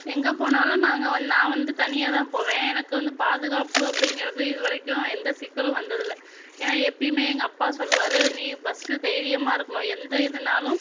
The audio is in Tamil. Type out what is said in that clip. எங்கே போனாலும் நாங்கள் வந்து நான் வந்து தனியாக தான் போவேன் எனக்கு வந்து பாதுகாப்பு அப்படிங்கிறது இது வரைக்கும் எந்த சிக்கலும் வந்ததில்லை ஏன்னா எப்பயுமே எங்கள் அப்பா சொல்வாரு நீ பஸ்ட்டு தைரியமா இருக்கணும் எந்த இதுனாலும்